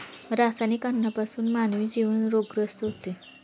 रासायनिक अन्नापासून मानवी जीवन रोगग्रस्त होते